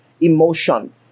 emotion